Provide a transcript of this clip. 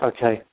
Okay